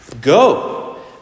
Go